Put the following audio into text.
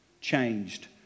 changed